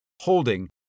holding